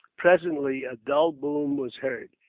presently a dull boom was heard.